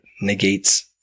negates